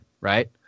Right